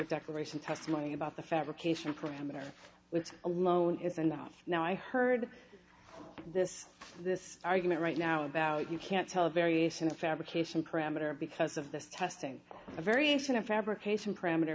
declaration testimony about the fabrication parameter let alone is enough now i heard this this argument right now about you can't tell a variation a fabrication parameter because of this testing a variation of fabrication parameter